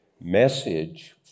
message